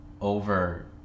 over